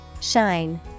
Shine